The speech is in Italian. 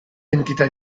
entità